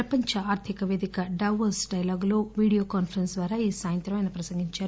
ప్రపంచ ఆర్దిక పేదిక దావోస్ డైలాగులు వీడియో కాన్నరెన్స్ ద్వారా ఈ సాయంత్రం ఆయన ప్రసంగించారు